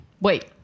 Wait